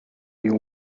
you